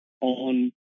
on